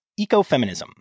ecofeminism